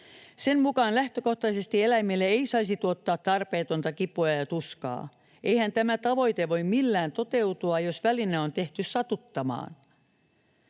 Sen mukaan lähtökohtaisesti eläimelle ei saisi tuottaa tarpeetonta kipua ja tuskaa. Eihän tämä tavoite voi millään toteutua, jos väline on tehty satuttamaan.